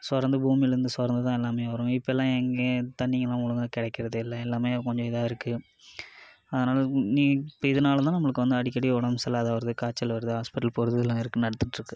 சுரந்து பூமிலருந்து சுரந்து தான் எல்லாமே வரும் இப்போல்லாம் எங்கே தண்ணிங்கள்லாம் ஒழுங்காக கிடைக்கிறதே இல்லை எல்லாமே கொஞ்சம் இதாக இருக்குது அதனால் நீ இப்போ இதனால தான் நம்மளுக்கு வந்து அடிக்கடி உடம்பு சரில்லாத வருது காய்ச்சல் வருது ஆஸ்பிட்டல் போகிறது எல்லாம் இருக்குது நடந்துட்டுருக்கு